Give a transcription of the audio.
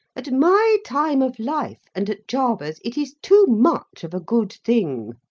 at my time of life and at jarber's, it is too much of a good thing.